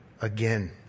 again